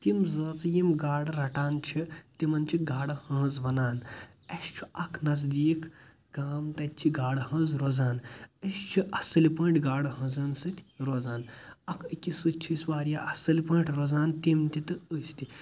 تِم زٲژٕ یِم گاڑٕ رَٹان چھِ تِمن چھِ گاڑٕ ہٲنٛز وَنان اَسہِ چھُ اَکھ نزدیٖک گام تَتہِ چھ گاڑٕ ہٲنٛز روزان أسۍ چھِ اصٕلۍ پٲٹھۍ گاڑٕ ہٲنٛزَن سۭتۍ روزان اَکھ أکِس سۭتۍ چھِ أسۍ واریاہ اصٕل پٲٹھۍ روزان تِم تہِ تہٕ أسۍ تہِ